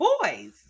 boy's